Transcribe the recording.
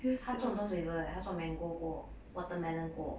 他做很多 flavour eh 他做 mango 过 watermelon 过